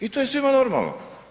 I to je svima normalno.